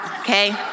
Okay